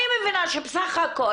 אני מבינה שבסך הכול,